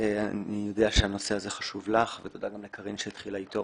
אני יודע שהנושא הזה חשוב לך ותודה גם לקארין שהתחילה איתו.